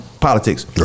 politics